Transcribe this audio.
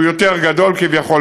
שהוא יותר גדול כביכול,